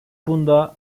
bunda